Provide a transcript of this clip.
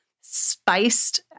spiced